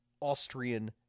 Austrian